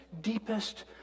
deepest